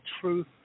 truth